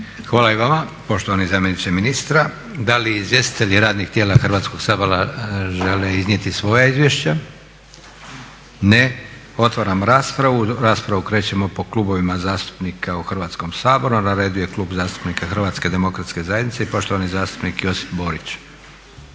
Hvala i vama poštovani zamjeniče ministra. Da li izvjestitelji radnih tijela Hrvatskog sabora žele iznijeti svoja izvješća? Ne. Otvaram raspravu. U raspravu krećemo po klubovima zastupnika u Hrvatskom saboru. Na redu je Klub zastupnika HDZ-a i poštovani zastupnik Josip Borić.